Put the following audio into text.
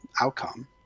outcome